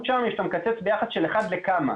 שם היא שאתה מקצץ ביחס של אחד לכמה.